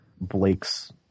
Blake's